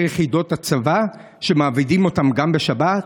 יחידות הצבא שמעבידים אותם גם בשבת?